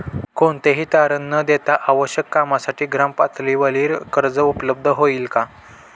कोणतेही तारण न देता आवश्यक कामासाठी ग्रामपातळीवर कर्ज उपलब्ध होईल का?